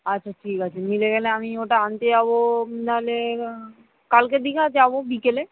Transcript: আচ্ছা ঠিক আছে মিলে গেলে আমি ওটা আনতে যাবো তাহলে কালকের দিকে যাবো বিকেলে